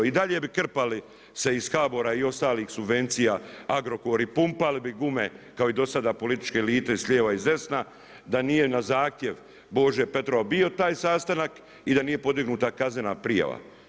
I dalje bi krpali se iz HBOR-a i ostalih subvencija Agrokor i pumpali bi gume, kao i do sada političke elite s lijeva i desna, da nije na zahtjev Bože Petrova bio taj sastanak i da nije podignuta kaznena prijava.